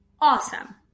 Awesome